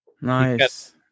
Nice